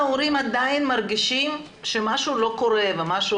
למה ההורים עדיין מרגישים שמשהו לא קורה ומשהו